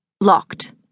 locked